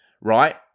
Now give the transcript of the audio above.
right